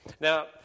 Now